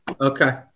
Okay